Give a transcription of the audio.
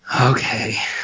Okay